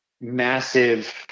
massive